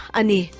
ani